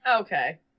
Okay